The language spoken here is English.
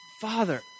Father